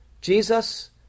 Jesus